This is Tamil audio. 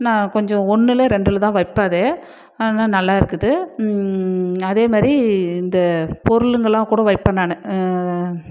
நான் கொஞ்சம் ஒன்றில் ரெண்டில் தான் வைப்பேன் அது ஆனால் நல்லா இருக்குது அதே மாதிரி இந்த பொருளுங்கலாம் கூட வைப்பேன் நான்